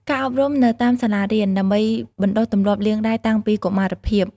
ការអប់រំនៅតាមសាលារៀន ដើម្បីបណ្តុះទម្លាប់លាងដៃតាំងពីកុមារភាព។